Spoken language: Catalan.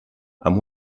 amb